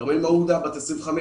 כרמל מעודה בת 25,